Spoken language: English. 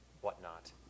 whatnot